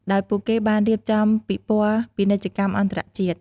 ដោយពួកគេបានរៀបចំពិព័រណ៍ពាណិជ្ជកម្មអន្តរជាតិ។